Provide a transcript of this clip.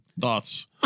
thoughts